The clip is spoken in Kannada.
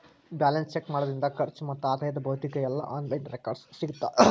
ಬ್ಯಾಲೆನ್ಸ್ ಚೆಕ್ ಮಾಡೋದ್ರಿಂದ ಖರ್ಚು ಮತ್ತ ಆದಾಯದ್ ಭೌತಿಕ ಇಲ್ಲಾ ಆನ್ಲೈನ್ ರೆಕಾರ್ಡ್ಸ್ ಸಿಗತ್ತಾ